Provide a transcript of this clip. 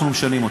אנחנו משנים,